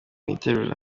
itegura